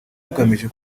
bugamije